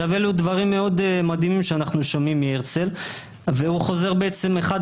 אלה דברים מאוד מדהימים שאנחנו שומעים מהרצל והוא בעצם חוזר